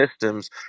systems